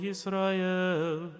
Israel